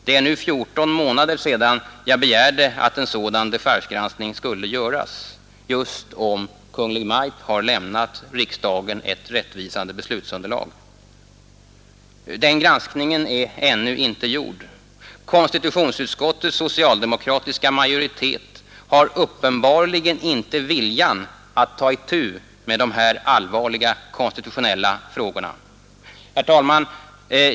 Det är nu 14 månader sedan jag begärde att en sådan dechargegranskning skulle göras just om huruvida Kungl. Maj:t har lämnat riksdagen ett rättvisande beslutsunderlag. Den granskningen är ännu icke gjord. Konstitutionsutskottets socialdemokratiska majoritet har uppenbarligen inte viljan att ta itu med de här allvarliga konstitutionella frågorna. Herr talman!